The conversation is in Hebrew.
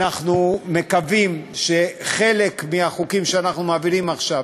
אנחנו מקווים שחלק מהחוקים שאנחנו מעבירים עכשיו,